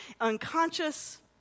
unconscious